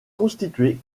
constitué